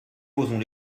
posons